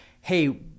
hey